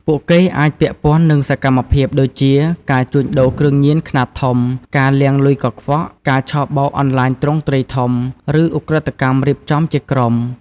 ពួកគេអាចពាក់ព័ន្ធនឹងសកម្មភាពដូចជា ការជួញដូរគ្រឿងញៀនខ្នាតធំ ការលាងលុយកខ្វក់ ការឆបោកអនឡាញទ្រង់ទ្រាយធំ ឬឧក្រិដ្ឋកម្មរៀបចំជាក្រុម។